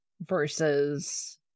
versus